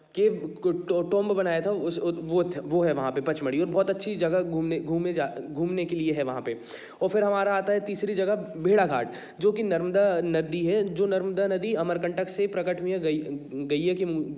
ये के टॉन्ब बनाया था उस वो वो है वहाँ में पचमढ़ी और बहुत अच्छी जगह घूमेने घुमे जाते घूमने के लिए हैं वहाँ पर और फिर हमारी आती है तीसरी जगह भेड़ाघाट जो कि नर्मदा नदी है जो नर्मदा नदी अमरकंठक से प्रकट हुई है गई है गई है